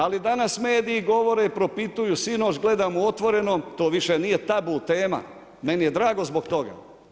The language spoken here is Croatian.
Ali danas mediji govore, propituju, sinoć gledam Otvoreno, to više nije tabu tema, meni je drago zbog toga.